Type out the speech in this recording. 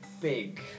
big